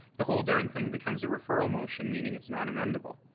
the whole darn thing becomes a referral motion meaning it's not amendable.